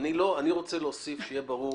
אני רוצה להוסיף שיהיה ברור.